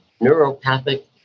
neuropathic